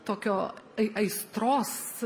tokio ai aistros